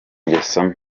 ngeso